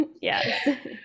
Yes